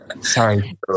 Sorry